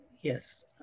Yes